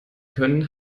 können